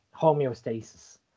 homeostasis